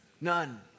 None